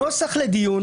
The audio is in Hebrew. הנוסח לדיון